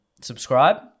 subscribe